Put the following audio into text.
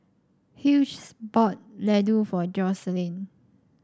Hughes bought Ladoo for Joselin